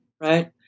right